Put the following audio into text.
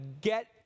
get